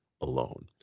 alone